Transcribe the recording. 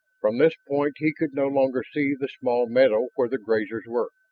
from this point he could no longer see the small meadow where the grazers were.